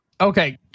Okay